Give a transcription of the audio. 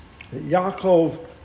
Yaakov